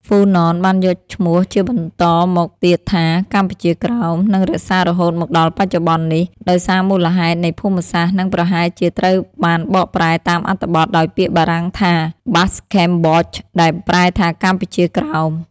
ហ៊្វូណន បានយកឈ្មោះជាបន្តមកទៀតថា កម្ពុជាក្រោម និងរក្សារហូតមក ដល់បច្ចុប្បន្ននេះ ដោយសារមូលហេតុនៃភូមិសាស្ត្រនិងប្រហែលជាត្រូវបានបកប្រែតាមអត្ថបទដោយពាក្យបារាំងថា Bas-Cambodge ដែលប្រែថា កម្ពុជា ក្រោម ។